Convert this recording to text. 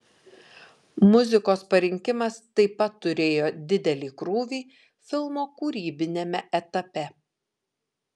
muzikos parinkimas taip pat turėjo didelį krūvį filmo kūrybiniame etape